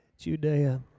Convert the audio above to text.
Judea